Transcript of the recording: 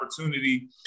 opportunity